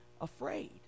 afraid